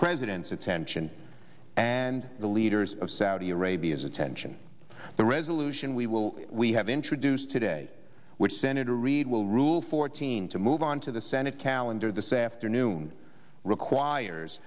president's attention and the leaders of saudi arabia's attention the resolution we will we have introduced today which senator reid will rule fourteen to move on to the senate calendar the same afternoon requires